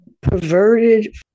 perverted